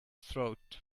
throat